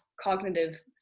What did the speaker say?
cognitive